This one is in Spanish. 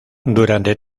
durante